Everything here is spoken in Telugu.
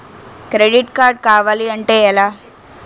క్రెడిట్ కార్డ్ కావాలి అంటే ఎలా?